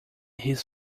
his